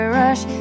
rush